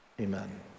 amen